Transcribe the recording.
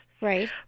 right